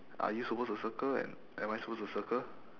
are you supposed to circle and am I supposed to circle